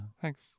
Thanks